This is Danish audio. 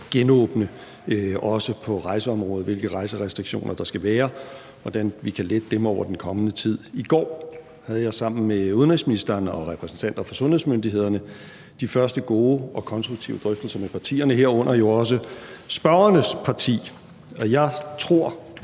genåbne, også på rejseområdet – hvilke rejserestriktioner der skal være, og hvordan vi kan lette dem over den kommende tid. I går havde jeg sammen med udenrigsministeren og repræsentanter fra sundhedsmyndighederne de første gode og konstruktive drøftelser med partierne, herunder jo også spørgernes parti. Jeg tror